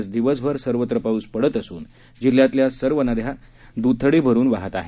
आज दिवसभर सर्वत्र पाऊस पडत असून जिल्ह्यातल्या सर्व नदया द्थडी भरून वाहत आहेत